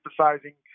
emphasizing